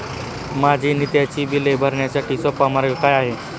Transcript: माझी नित्याची बिले भरण्यासाठी सोपा मार्ग काय आहे?